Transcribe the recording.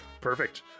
perfect